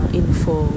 info